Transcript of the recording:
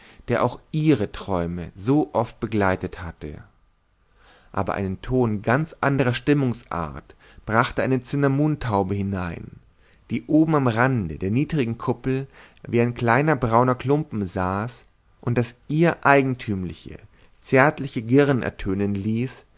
der auch ihre träume so oft begleitet hatte aber einen ton ganz anderer stimmungsart brachte eine cinnamum taube hinein die oben am rande der niedrigen kuppel wie ein kleiner brauner klumpen saß und das ihr eigentümliche zärtliche girren ertönen ließ